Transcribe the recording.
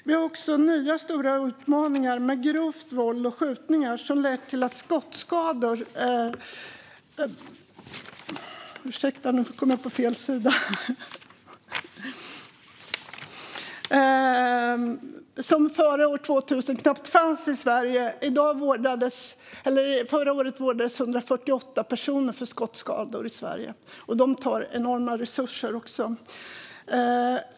Vi har också nya stora utmaningar med grovt våld och skjutningar, som har lett till skottskador som före år 2000 knappt fanns i Sverige. Förra året intensivvårdades 148 personer för skottskador i Sverige, och de tar också enorma resurser i anspråk.